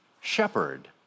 shepherd